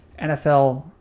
NFL